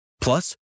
Plus